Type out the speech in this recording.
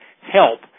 help